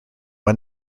one